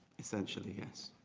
essentially, yes.